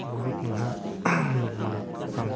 बुहुथ नोंहा नरमालै थानांगौ